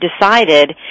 decided